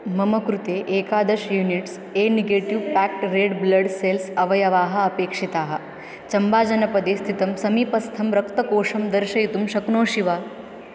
मम कृते एकादश units negative packed red blood cells अवयवाः अपेक्षिताः चम्बाजनपदे स्थितं समीपस्थं रक्तकोषं दर्शयितुं शक्नोषि वा